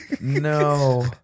no